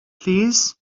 plîs